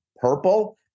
purple